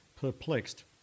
perplexed